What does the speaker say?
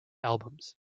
albums